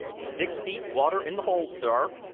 six feet water in the hold, sir!